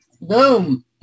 boom